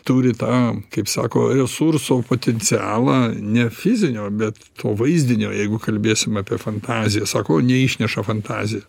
turi tą kaip sako resurso potencialą ne fizinio bet to vaizdinio jeigu kalbėsim apie fantaziją sako neišneša fantazija